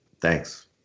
thanks